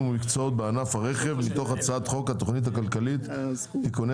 ומקצועות בענף הרכב מתוך הצעת חוק התכנית הכלכלית (תיקוני